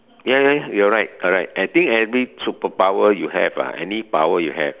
ya ya you are right correct I think every superpower you have ah any power you have